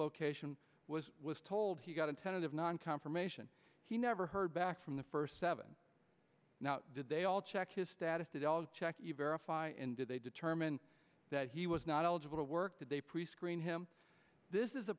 location was was told he got a tentative non confirmation he never heard back from the first seven now did they all check his status to check you verify and did they determine that he was not eligible to work that they prescreen him this is a